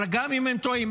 אבל גם אם הם טועים,